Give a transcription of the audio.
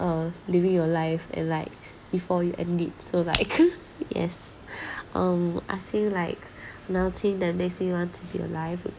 uh living your life and like before you end it so like um yes um I feel like nothing that makes you want to be alive